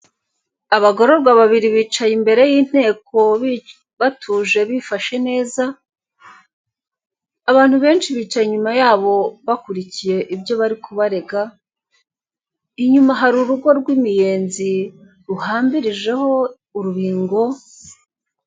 Abagororwa babiri bicaye imbere y'inteko batuje bifashe neza, abantu benshi bicaye inyuma yabo bakurikiye ibyo bari kubarega inyuma hari urugo rw'imiyenzi ruhambirijeho urubingo.